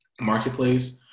Marketplace